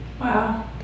Wow